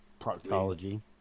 Proctology